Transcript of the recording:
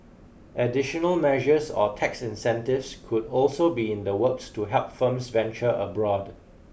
additional measures or tax incentives could also be in the works to help firms venture abroad